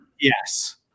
Yes